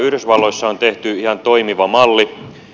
yhdysvalloissa on tehty ihan toimiva malli